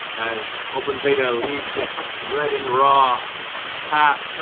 as open beta leaves its red and raw path,